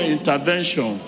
Intervention